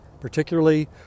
particularly